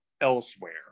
elsewhere